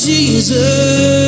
Jesus